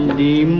the